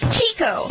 Chico